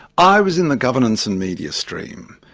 i was in the governance and media stream,